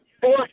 four